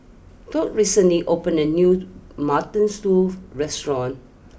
Tod recently opened a new Mutton Stew restaurant